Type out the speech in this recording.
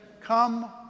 come